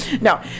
No